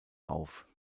auf